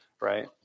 Right